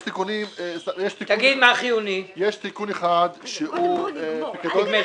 יש תיקון אחד שהוא -- קודם כל נגמור.